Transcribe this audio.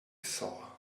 saw